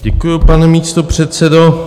Děkuji, pane místopředsedo.